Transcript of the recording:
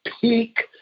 peak